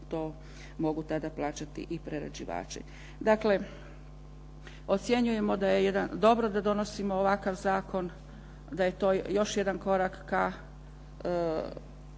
to mogu tada plaćati i prerađivači. Dakle, ocjenjujemo da je dobro da donosimo ovakav zakon, da je to još jedan korak ka